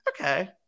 okay